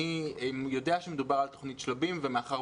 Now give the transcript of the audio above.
אני יודע שמדובר על תוכנית שלבים ומאחר